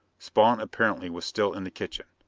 spawn apparently was still in the kitchen.